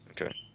Okay